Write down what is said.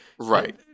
Right